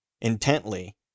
intently